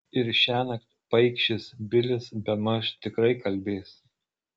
ir šiąnakt paikšis bilis bemaž tikrai kalbės